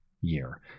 year